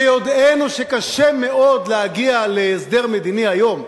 ביודענו שקשה מאוד להגיע להסדר מדיני היום,